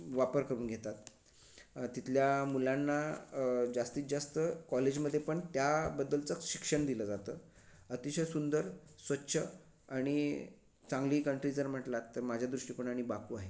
वापर करून घेतात तिथल्या मुलांना जास्तीतजास्त कॉलेजमध्ये पण त्या बद्दलचंच शिक्षण दिलं जातं अतिशय सुंदर स्वच्छ आणि चांगली कंट्री जर म्हटलात तर माझ्या दृष्टिकोनाने बाकु आहे